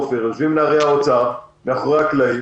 עפר: יושבים נערי האוצר מאחורי הקלעים,